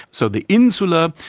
so the insular,